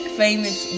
famous